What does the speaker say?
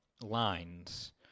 lines